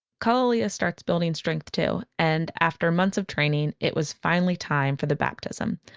kalalea starts building strength too and after months of training, it was finally time for the baptism,